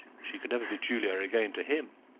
she could never be julia again to him.